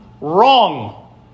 Wrong